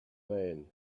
man